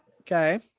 Okay